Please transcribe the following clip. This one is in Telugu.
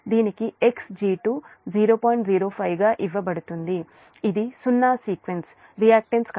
05 ఇవ్వబడుతుంది ఇది సున్నా సీక్వెన్స్ రియాక్టన్స్